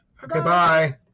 Goodbye